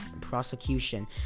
prosecution